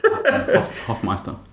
Hoffmeister